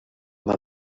mar